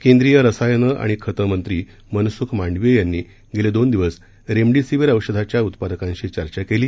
केंद्रीय रसायनं आणि खतं मंत्री मनस्ख मांडविय यांनी गेले दोन दिवस रेमडेसीवीर औषधाच्या उत्पादकांशी चर्चा केली